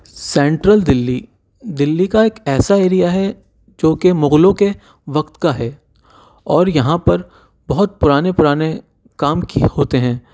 central Delhi Delhi کا ایک ایسا ایریا ہے جو کہ مغلوں کے وقت کا ہے اور یہاں پر بہت پرانے پرانے کام ہوتے ہیں